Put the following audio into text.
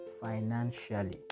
financially